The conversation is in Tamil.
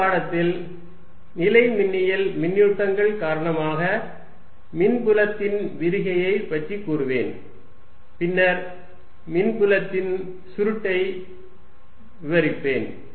அடுத்த பாடத்தில் நிலைமின்னியல் மின்னூட்டங்கள் காரணமாக மின்புலத்தின் விரிகையை பற்றி கூறுவேன் பின்னர் மின்புலத்தின் சுருட்டை விவரிக்கிறேன்